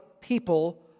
people